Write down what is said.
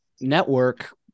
network